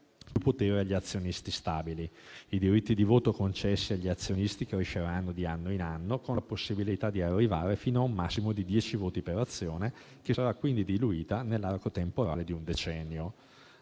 più potere agli azionisti stabili. I diritti di voto concessi agli azionisti cresceranno di anno in anno, con la possibilità di arrivare fino a un massimo di dieci voti per azione, che sarà quindi diluita nell'arco temporale di un decennio.